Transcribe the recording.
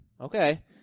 okay